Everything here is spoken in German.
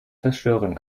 zerstören